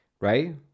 right